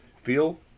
feel